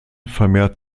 vermehrt